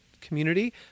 community